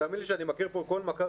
תאמין לי שאני מכיר פה כל מצב.